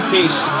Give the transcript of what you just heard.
Peace